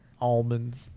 almonds